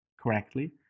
correctly